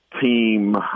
team